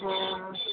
हँ